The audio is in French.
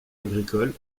agricoles